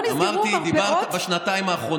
אמרת שלא נסגרו מרפאות, אמרתי "בשנתיים האחרונות".